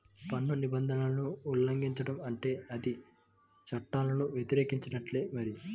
పన్ను నిబంధనలను ఉల్లంఘించడం అంటే అది చట్టాలను వ్యతిరేకించినట్టే మరి